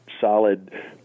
solid